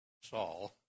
Saul